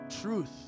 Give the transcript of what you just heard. truth